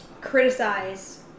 criticize